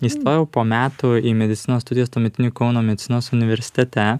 įstojau po metų į medicinos studijas tuometinėj kauno medicinos universitete